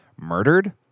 murdered